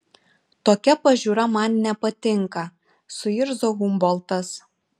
tokia pažiūra man nepatinka suirzo humboltas